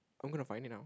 I'm gonna find it now